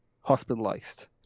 hospitalized